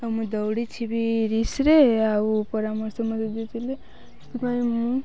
ଆଉ ମୁଁ ଦୌଡ଼ିଛିବି ରେସ୍ରେ ଆଉ ପରାମର୍ଶ ମଧ୍ୟ ଦେଇଥିଲେ ସେଥିପାଇଁ ମୁଁ